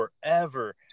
forever